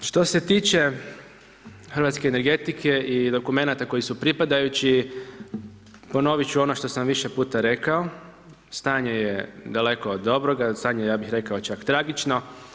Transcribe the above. Što se tiče hrvatske energetike i dokumenta koji su pripadajući, ponoviti ću ono što sam više puta rekao, stanje je daleko od dobroga, stanje je ja bih rekao čak tragično.